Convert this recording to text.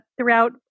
throughout